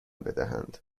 بدهند